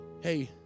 Hey